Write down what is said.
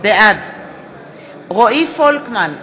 בעד רועי פולקמן,